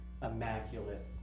immaculate